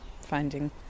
finding